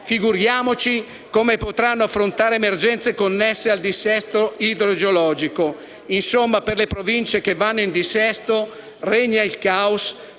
Figuriamoci dunque come potranno affrontare le emergenze connesse al dissesto idrogeologico! Insomma, per le Province che vanno in dissesto regna il caos,